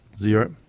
Zero